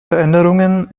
veränderungen